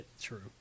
True